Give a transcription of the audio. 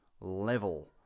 level